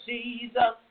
Jesus